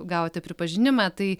gavote pripažinimą tai